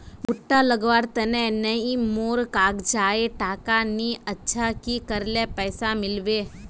भुट्टा लगवार तने नई मोर काजाए टका नि अच्छा की करले पैसा मिलबे?